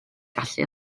gallu